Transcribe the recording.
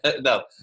No